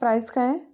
price काय आहे